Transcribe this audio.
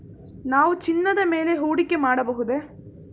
ನಾವು ಚಿನ್ನದ ಮೇಲೆ ಹೂಡಿಕೆ ಮಾಡಬಹುದೇ?